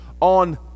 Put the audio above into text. on